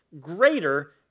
greater